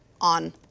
on